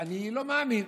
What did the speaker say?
אני לא מאמין,